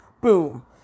Boom